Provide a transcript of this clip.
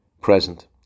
present